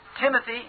Timothy